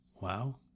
Wow